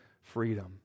freedom